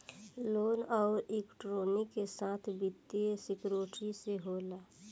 loan अउर equity के साथ वित्तीय सिक्योरिटी से होला